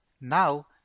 Now